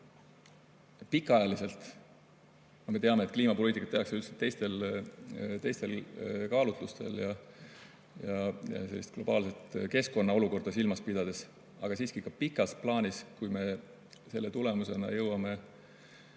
pikaajaliselt, me teame, et kliimapoliitikat tehakse üldiselt teistel kaalutlustel ja globaalset keskkonna olukorda silmas pidades. Aga siiski ka pikas plaanis, kui me selle tulemusel jõuame